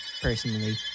personally